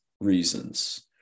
reasons